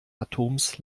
atoms